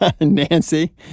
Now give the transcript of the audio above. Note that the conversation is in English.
Nancy